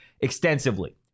extensively